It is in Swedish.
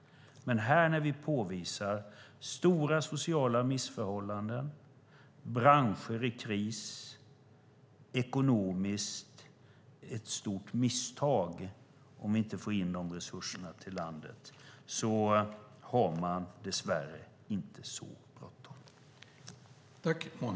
När vi påvisar stora sociala missförhållanden, branscher i kris och ett stort ekonomiskt misstag om vi inte får in dessa resurser till landet har man dess värre inte så bråttom.